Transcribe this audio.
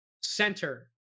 center